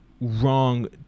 wrong